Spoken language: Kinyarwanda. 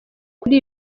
kuri